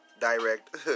direct